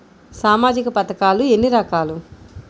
సామాజిక పథకాలు ఎన్ని రకాలు?